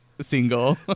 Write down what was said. single